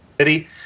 city